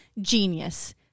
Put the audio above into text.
genius